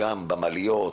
גם לגבי המעליות,